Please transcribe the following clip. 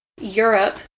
Europe